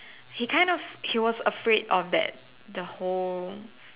he kind of he was afraid of that the whole